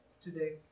today